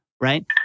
right